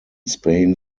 spain